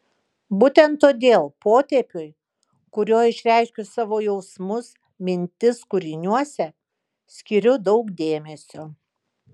būtent todėl potėpiui kuriuo išreiškiu savo jausmus mintis kūriniuose skiriu daug dėmesio